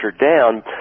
down